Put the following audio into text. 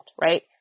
Right